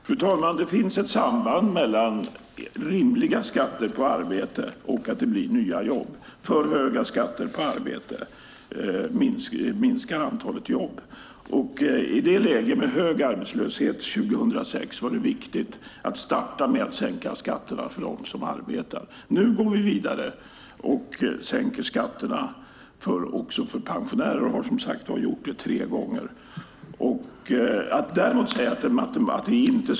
Fru talman! Det finns ett samband mellan rimliga skatter på arbete och att det blir nya jobb. För höga skatter på arbete minskar antalet jobb. I läget med hög arbetslöshet 2006 var det viktigt att starta med att sänka skatterna för dem som arbetar. Nu går vi vidare och sänker skatterna också för pensionärer, och det har vi som sagt gjort tre gånger.